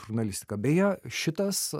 žurnalistika beje šitas